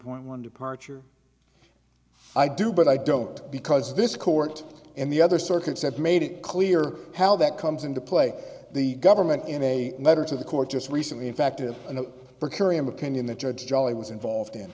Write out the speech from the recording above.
point one departure i do but i don't because this court and the other circuits have made it clear how that comes into play the government in a letter to the court just recently in fact it in a per curiam opinion that judge jolly was involved in